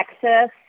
Texas